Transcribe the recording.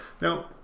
Now